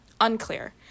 Unclear